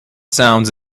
sounds